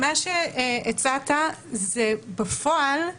מה שהצעת בפועל זה